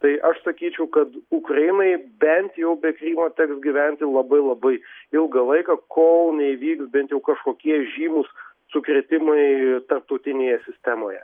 tai aš sakyčiau kad ukrainai bent jau be krymo teks gyventi labai labai ilgą laiką kol neįvyks bent jau kažkokie žymūs sukrėtimai tarptautinėje sistemoje